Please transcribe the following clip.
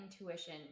intuition